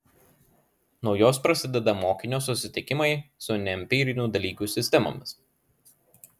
nuo jos prasideda mokinio susitikimai su neempirinių dalykų sistemomis